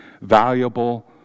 valuable